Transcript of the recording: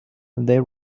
they